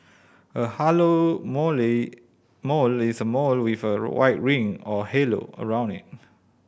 a halo mole mole is a mole with a white ring or halo around it